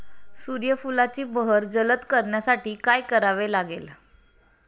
सूर्यफुलाची बहर जलद करण्यासाठी काय करावे लागेल?